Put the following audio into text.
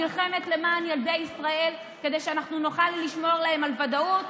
נלחמת למען ילדי ישראל כדי שאנחנו נוכל לשמור להם על ודאות,